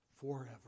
forever